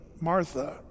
Martha